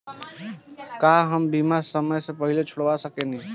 का हम बीमा समय से पहले छोड़वा सकेनी?